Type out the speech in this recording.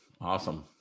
Awesome